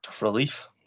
Relief